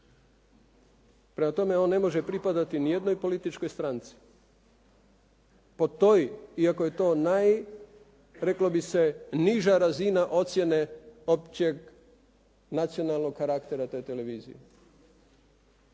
Prema tome on ne može pripadati ni jednoj političkoj stranci. Po toj, iako je to naj reklo bi se, niža razina ocjene općeg nacionalnog karaktera te televizije.